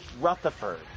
Rutherford